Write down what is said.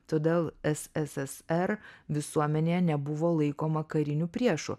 todėl sssr visuomenėje nebuvo laikoma kariniu priešu